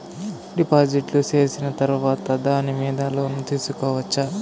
డిపాజిట్లు సేసిన తర్వాత దాని మీద లోను తీసుకోవచ్చా?